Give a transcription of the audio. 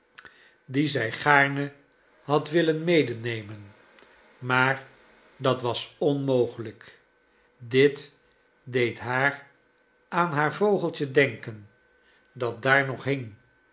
die zij gaarne had willen medenemen maar dat was onmogelijk dit deed haar aan haar vogeltje denken dat daar nog hing